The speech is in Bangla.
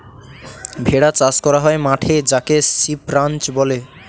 ভেড়া চাষ করা হয় মাঠে যাকে সিপ রাঞ্চ বলে